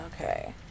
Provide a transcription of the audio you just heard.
Okay